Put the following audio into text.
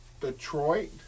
Detroit